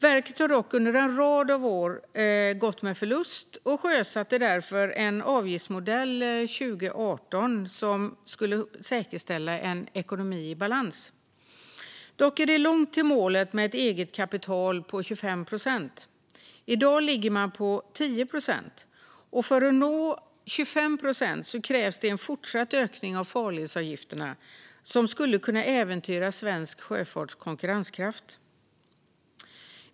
Verket har dock under en rad år gått med förlust och sjösatte därför en ny avgiftsmodell 2018 som skulle säkerställa en ekonomi i balans. Dock är det långt till målet på ett eget kapital på 25 procent. I dag ligger man på 10 procent. För att nå 25 procent krävs en fortsatt ökning av farledsavgifterna, vilket skulle kunna äventyra svensk sjöfarts konkurrenskraft.